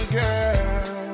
girl